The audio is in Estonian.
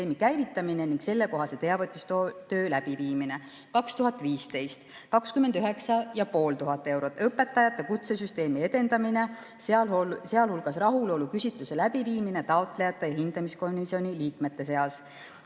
käivitamine ning sellekohase teavitustöö läbiviimine. 2015: 29 500 eurot, õpetajate kutsesüsteemi edendamine, sealhulgas rahuloluküsitluse läbiviimine taotlejate ja hindamiskomisjoni liikmete seas.